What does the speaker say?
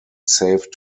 saved